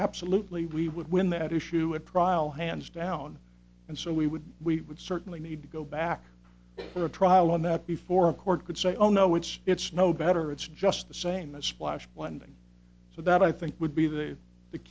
absolutely we would win that issue at trial hands down and so we would we would certainly need to go back for a trial on that before a court could say oh no it's it's no better it's just the same a splash one thing so that i think would be the the